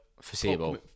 foreseeable